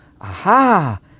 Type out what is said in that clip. Aha